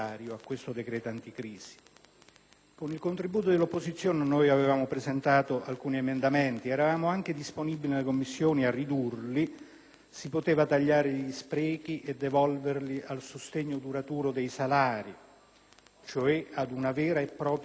Con il contributo dell'opposizione avevamo presentato alcuni emendamenti ed eravamo anche disponibili, in Commissione, a ridurli. Innanzitutto, si potevano tagliare gli sprechi e devolverli al sostegno duraturo dei salari, cioè ad una vera e propria redistribuzione del reddito;